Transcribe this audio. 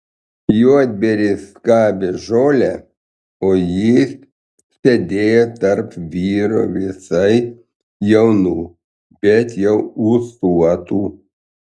juodbėris skabė žolę o jis sėdėjo tarp vyrų visai jaunų bet jau ūsuotų